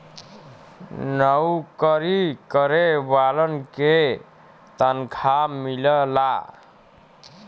नऊकरी करे वालन के तनखा मिलला